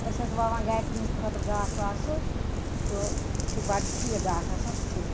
أسۍ حظ چھِ وَوان گَرِ تِہِنٛد خٲطرٕ گاسہٕ واسہٕ سُہ چھُ بَڑٕ ٹھیٖک گاسہٕ آسان سُہ چھُ